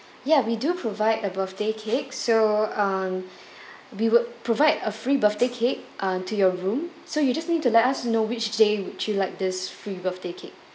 ya we do provide a birthday cake so um we would provide a free birthday cake uh to your room so you just need to let us know which day would you like this free birthday cake